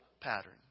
pattern